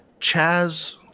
Chaz